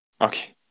Okay